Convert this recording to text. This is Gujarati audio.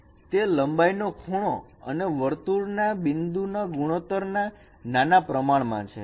તે લંબાઈ નો ખૂણો અને વર્તુળ ના બિંદુ ના ગુણોત્તર નાના પ્રમાણમાં છે